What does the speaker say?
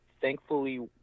Thankfully